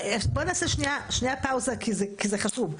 בואו נעשה שנייה פאוזה כי זה חשוב.